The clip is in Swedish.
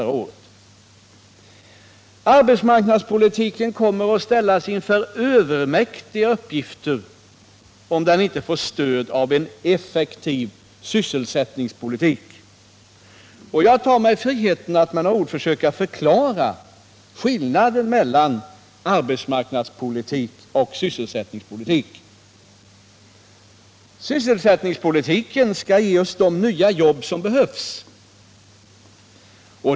Arbetsmarknadspolitiken kommer att ställas inför övermäktiga uppgifter om den inte får stöd av en effektiv sysselsättningspolitik, och jag tar mig friheten att med några ord försöka förklara skillnaden mellan arbetsmarknadspolitik och sysselsättningspolitik. Sysselsättningspolitiken skall ge oss de nya jobb som behövs.